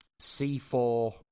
C4